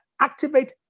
activate